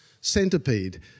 centipede